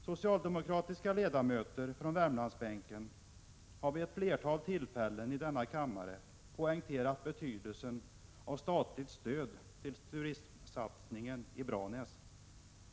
Socialdemokratiska ledamöter från Värmlandsbänken har vid ett flertal tillfällen i denna kammare poängterat betydelsen av statligt stöd till turistsatsningen i Branäs.